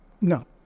No